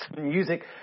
Music